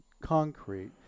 concrete